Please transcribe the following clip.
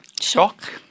shock